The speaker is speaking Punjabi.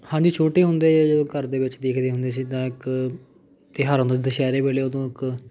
ਹਾਂਜੀ ਛੋਟੇ ਹੁੰਦੇ ਜਦੋਂ ਘਰ ਦੇ ਵਿੱਚ ਦੇਖਦੇ ਹੁੰਦੇ ਸੀ ਤਾਂ ਇੱਕ ਤਿਉਹਾਰ ਆਉਂਦਾ ਸੀ ਦੁਸਹਿਰੇ ਵੇਲੇ ਉਦੋਂ ਇੱਕ